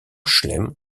chelem